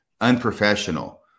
unprofessional